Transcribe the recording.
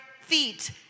feet